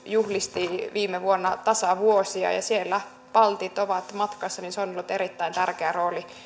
juhlisti viime vuonna tasavuosia ja jossa myös baltit ovat matkassa on ollut erittäin tärkeä rooli